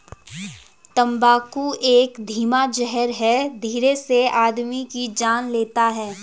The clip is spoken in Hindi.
तम्बाकू एक धीमा जहर है धीरे से आदमी की जान लेता है